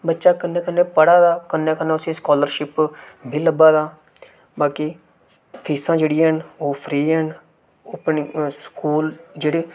बच्चा कन्नै कन्नै पढ़ा दा कन्नै कन्नै उसी स्कालरशिप बी लब्भा दा बाकी फीसां जेह्ड़ियां न ओह् फ्री स्कूल जेह्ड़े